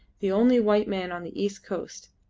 the only white man on the east coast.